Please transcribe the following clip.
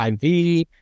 IV